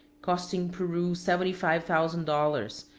costing peru seventy five thousand dollars,